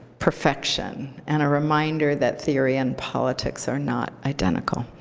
perfection and a reminder that theory and politics are not identical.